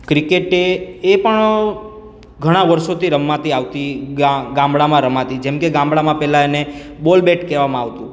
cricket એ એ પણ ઘણાં વર્ષોથી રમાતી આવતી ગામડામાં રમાતી જેમકે ગમડામાં પહેલાં એને બોલ બેટ કહેવામાં આવતું